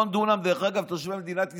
דרך אגב, תושבי מדינת ישראל,